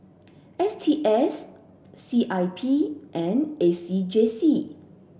S T S C I P and A C J C